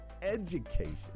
education